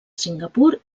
singapur